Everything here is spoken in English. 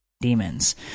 demons